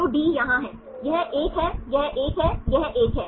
तो डी यहाँ है यह एक है यह एक है यह एक है